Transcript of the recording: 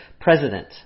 president